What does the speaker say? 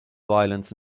violence